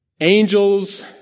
angels